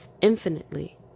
infinitely